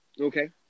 Okay